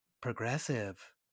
progressive